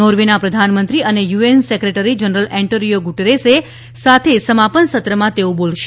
નોર્વેના પ્રધાનમંત્રી અને UN secretary general Antonio Guterres સાથે સમાપન સત્રમાં તેઓ બોલશે